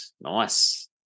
nice